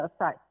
aside